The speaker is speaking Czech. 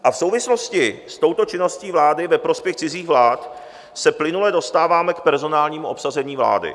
A v souvislosti s touto činností vlády ve prospěch cizích vlád se plynule dostáváme k personálnímu obsazení vlády.